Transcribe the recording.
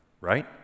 right